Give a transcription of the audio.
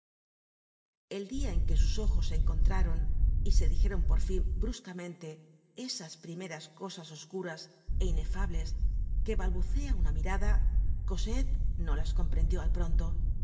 el dia en que sus ojos se encontraron y se dijeron por fin bruscamente esas primeras cosas oscuras é inefables que balbucea una mirada cosette no las comprendió al pronto